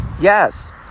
Yes